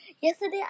Yesterday